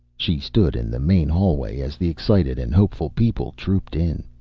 she stood in the main hallway as the excited and hopeful people trooped in.